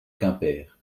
quimper